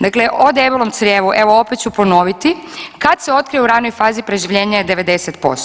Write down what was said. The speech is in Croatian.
Dakle, o debelom crijevu evo opet ću ponoviti kad se otkrije u ranoj fazi preživljenje je 90%